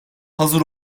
hazır